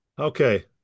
Okay